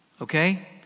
okay